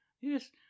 Yes